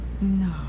No